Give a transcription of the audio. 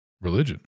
religion